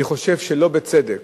אני חושב שלא בצדק